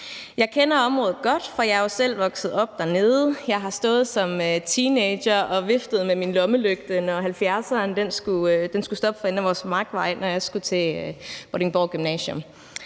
Jeg kender området godt, for jeg er jo selv vokset op dernede. Jeg har stået som teenager og viftet med min lommelygte, når 70'eren skulle stoppe for enden af vores markvej, når jeg skulle til Vordingborg Gymnasium.